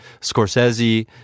Scorsese